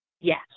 Yes